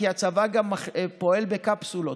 כי הצבא פועל בקפסולות,